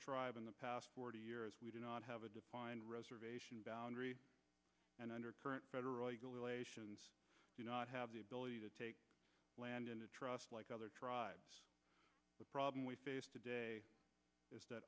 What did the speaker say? tribe in the past forty years we did not have a defined reservation boundary and under current federal regulations do not have the ability to take land into trust like other tribes the problem we face today is that